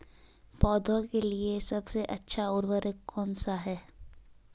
पौधों के लिए सबसे अच्छा उर्वरक कौनसा हैं?